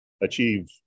achieve